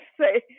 say